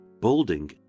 balding